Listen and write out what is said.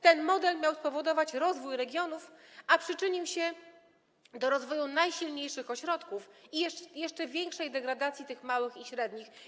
Ten model miał spowodować rozwój regionów, a przyczynił się do rozwoju najsilniejszych ośrodków i jeszcze większej degradacji tych małych i średnich.